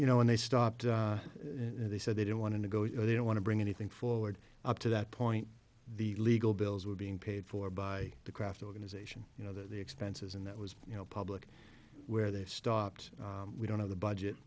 you know when they stopped and they said they don't want to go you know they don't want to bring anything forward up to that point the legal bills were being paid for by the craft organization you know the expenses and that was you know public where they stopped we don't have the budget